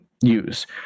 use